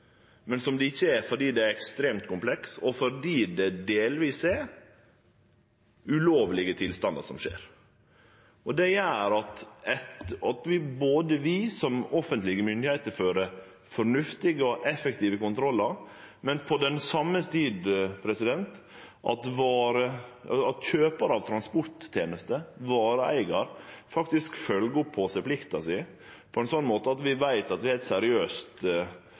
men det er det ikkje, fordi det er ekstremt komplekst, òg fordi det delvis er ulovlege tilstandar. Det er avgjerande at vi som offentlege myndigheiter fører fornuftige og effektive kontrollar, og på same tid at kjøparar av transporttenester, vareeigar, følgjer opp plikta si til å sjå til dette på ein sånn måte at vi veit at